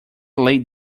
laid